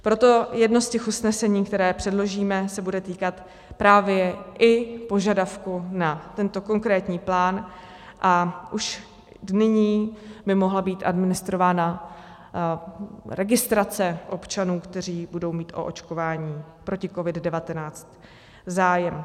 Proto jedno z těch usnesení, které předložíme, se bude týkat právě i požadavku na tento konkrétní plán a už nyní by mohla být administrována registrace občanů, kteří budou mít o očkování proti COVID19 zájem.